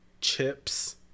chips